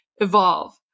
evolve